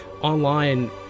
online